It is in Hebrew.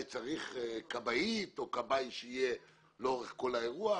צריך כבאית או כבאי שיהיה נוכח לאורך כל האירוע,